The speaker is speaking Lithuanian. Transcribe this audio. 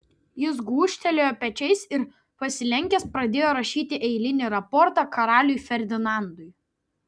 jis gūžtelėjo pečiais ir pasilenkęs pradėjo rašyti eilinį raportą karaliui ferdinandui